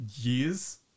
years